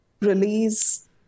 release